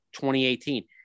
2018